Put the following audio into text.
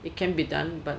it can be done but